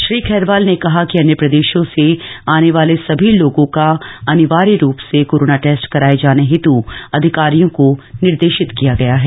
श्री खैरवाल ने कहा कि अन्य प्रदेशों से आने वाले सभी लोगों का अनिवार्य रूप से कोरोना टेस्ट कराए जाने हेतु अधिकारियों को निर्देशित किया गया है